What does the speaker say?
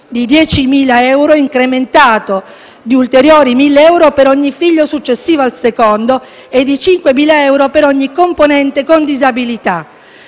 di 10.000 euro, incrementato di ulteriori 1.000 euro per ogni figlio successivo al secondo e di 5.000 euro per ogni componente con disabilità.